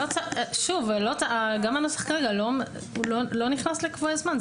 הוא לא נכנס לקבועי זמן.